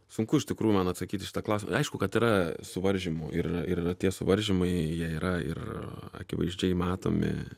sunku iš tikrųjų man atsakyti į šitą klausimą aišku kad yra suvaržymų ir ir tie suvaržymai jie yra ir akivaizdžiai matomi